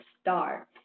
start